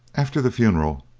after the funeral,